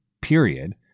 period